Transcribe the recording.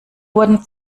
wurden